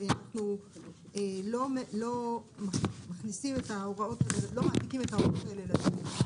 שאנחנו לא מעתיקים את ההוראות האלה לכאן.